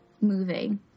movie